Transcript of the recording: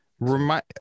Remind